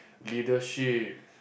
leadership